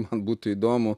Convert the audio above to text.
man būtų įdomu